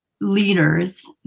leaders